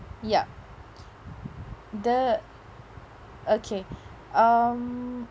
yup the okay um